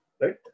right